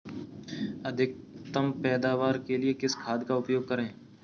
अधिकतम पैदावार के लिए किस खाद का उपयोग करें?